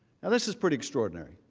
and this is pretty extraordinary.